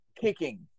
kicking